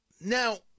Now